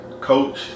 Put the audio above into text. coach